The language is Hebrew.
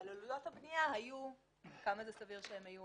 אבל עלויות הבנייה היו -- את מתכוונת